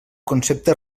concepte